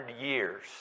years